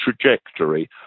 trajectory